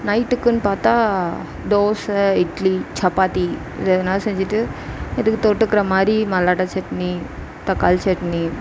நைட்டுக்குன்னு பார்த்தா தோசை இட்லி சப்பாத்தி இது எதுனா செஞ்சுட்டு இதுக்கு தொட்டுக்கிற மாதிரி மல்லாட்டை சட்னி தக்காளி சட்னி